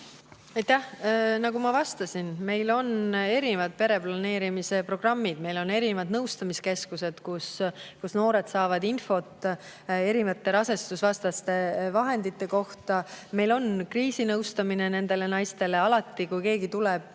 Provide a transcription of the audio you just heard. Aitäh! Nagu ma vastasin, meil on erinevad pereplaneerimise programmid, meil on erinevad nõustamiskeskused, kus noored saavad infot rasestusvastaste vahendite kohta. Meil on kriisinõustamine nendele naistele. Alati, kui keegi tuleb